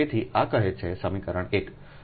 તેથી આ કહે છે સમીકરણ 1